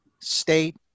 state